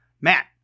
Matt